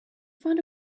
found